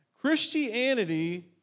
Christianity